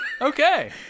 Okay